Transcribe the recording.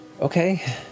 okay